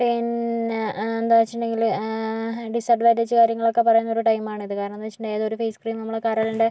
പിന്നെ എന്താന്ന് വച്ചിട്ടുണ്ടെങ്കില് ഡിസ്അഡ്വാൻറ്റേജ് കാര്യങ്ങളൊക്കെ പറയുന്ന ഒരു ടൈമ് ആണിത് കാരണന്ന് വച്ചിട്ടുണ്ടെങ്കിൽ ഏത് ഒരു ഫേസ് ക്രീമും നമ്മുടെ കരളിൻ്റെ